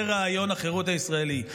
זה רעיון החירות הישראלי.